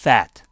Fat